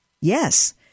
yes